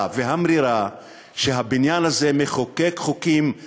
והמרירה שהבניין הזה מחוקק חוקים הדרתיים,